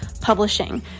Publishing